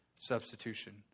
substitution